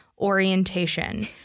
orientation